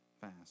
fast